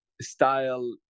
style